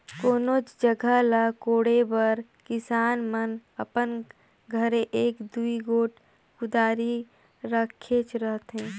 कोनोच जगहा ल कोड़े बर किसान मन अपन घरे एक दूई गोट कुदारी रखेच रहथे